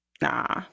nah